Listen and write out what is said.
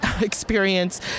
experience